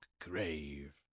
grave